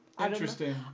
Interesting